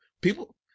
people